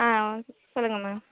ஆ சொல்லுங்கள் மேம்